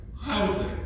housing